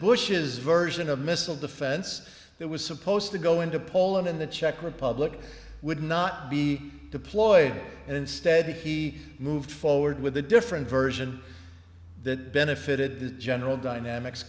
bush's version of missile defense that was supposed to go into poland and the czech republic would not be deployed and instead he moved forward with a different version that benefited the general dynamics